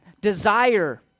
Desire